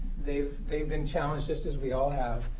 they've they've been challenged, just as we all have,